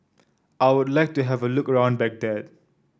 I would like to have a look ground Baghdad